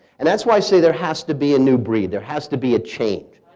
and that's why i say there has to be a new breed. there has to be a change.